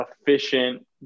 efficient